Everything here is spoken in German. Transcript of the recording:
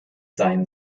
seinen